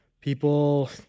people